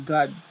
God